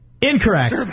incorrect